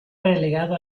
relegado